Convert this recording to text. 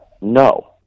No